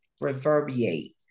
reverberate